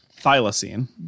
thylacine